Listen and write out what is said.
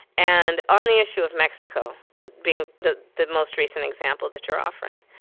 and on the issue of mexico being the the most recent example that you're offering,